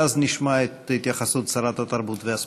ואז נשמע את התייחסות שרת התרבות והספורט.